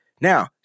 Now